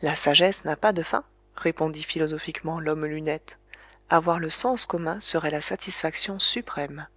la sagesse n'a pas de fin répondit philosophiquement l'homme aux lunettes avoir le sens commun serait la satisfaction suprême